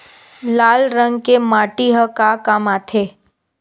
लाल रंग के माटी ह का काम आथे?